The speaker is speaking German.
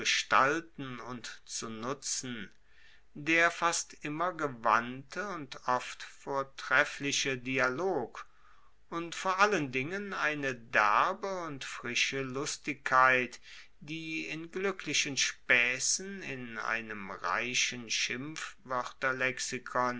gestalten und zu nutzen der fast immer gewandte und oft vortreffliche dialog und vor allen dingen eine derbe und frische lustigkeit die in gluecklichen spaessen in einem reichen